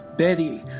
Betty